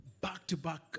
back-to-back